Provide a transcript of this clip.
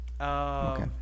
Okay